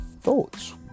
thoughts